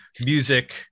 music